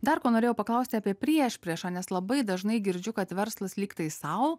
dar norėjau paklausti apie priešpriešą nes labai dažnai girdžiu kad verslas lyg tai sau